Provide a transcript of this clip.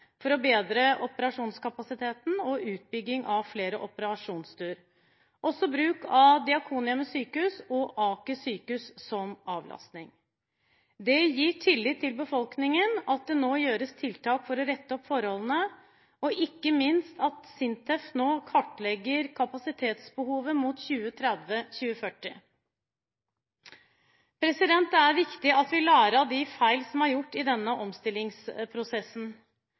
for spesialsykepleiere for å bedre operasjonskapasiteten, utbygging av flere operasjonsstuer, og også bruk av Diakonhjemmet sykehus og Aker sykehus som avlastning. Det gir tillit til befolkningen at det nå gjøres tiltak for å rette opp forholdene, og ikke minst at SINTEF nå kartlegger kapasitetsbehovet mot 2030–2040. Det er viktig at vi lærer av de feil som er gjort i denne omstillingsprosessen.